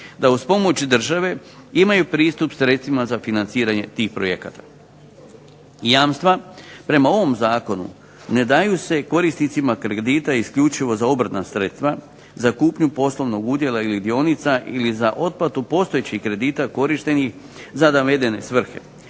da uz pomoć države imaju pristup sredstvima za financiranje tih projekata. Jamstva prema ovom zakonu ne daju se korisnicima kredita isključivo za obrtna sredstva za kupnju poslovnog udjela ili dionica ili za otplatu postojećih kredita korištenih za navedene svrhe.